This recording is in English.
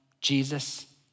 Jesus